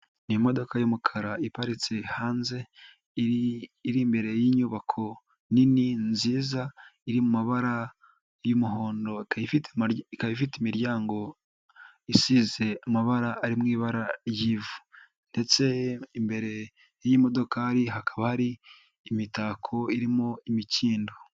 Ni imodoka y'umukara iparitse hanze, iri imbere y'inyubako nini nziza, iri mu mabara y'umuhondo, ikaba ifite imiryango isize amabara ari mu ibara ry'ivu. Ndetse y'imodokari hakaba hari imitako irimo imikindo.